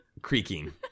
Creaking